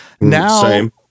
Now